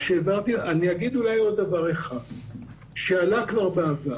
אני אגיד אולי עוד דבר אחד שעלה כבר בעבר.